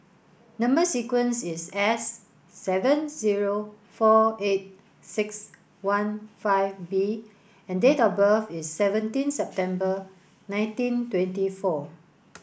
number sequence is S seven zero four eight six one five B and date of birth is seventeen September nineteen twenty four